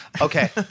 Okay